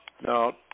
Now